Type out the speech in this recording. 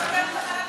מפכ"ל המשטרה?